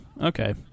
okay